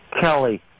Kelly